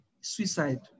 suicide